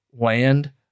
land